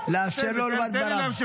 לא הבנתי,